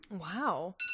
Wow